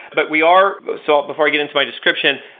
but we are so before i get into my description,